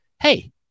Hey